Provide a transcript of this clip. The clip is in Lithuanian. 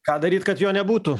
ką daryt kad jo nebūtų